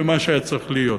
ומה שהיה צריך להיות.